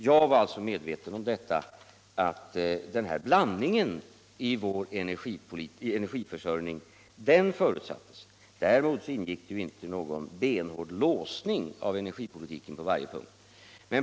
Jag var alltså medveten om att denna blandning i vår energipolitik förutsattes; däremot ingick inte någon benhård låsning av energipolitiken på varje punkt.